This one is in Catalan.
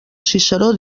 ciceró